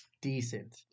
Decent